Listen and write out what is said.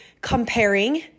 comparing